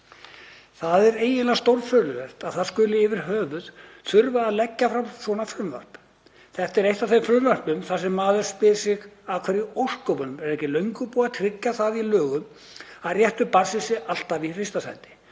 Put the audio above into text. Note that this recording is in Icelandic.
Það er eiginlega stórfurðulegt að það þurfi yfir höfuð að leggja fram svona frumvarp. Þetta er eitt af þeim frumvörpum þar sem maður spyr sig: Af hverju í ósköpunum er ekki löngu búið að tryggja það í lögum að réttur barnsins sé alltaf í fyrsta sæti,